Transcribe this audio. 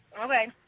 Okay